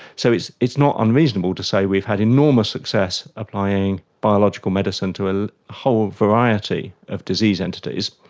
so it's it's not unreasonable to say we've had enormous success applying biological medicine to a whole variety of disease entities,